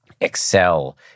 excel